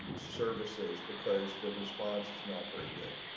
services because the response is not very good.